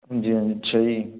ਹਾਂਜੀ ਹਾਂ ਅੱਛਾ ਜੀ